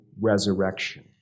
resurrection